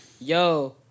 yo